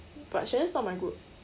but shannon's not my group